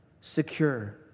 Secure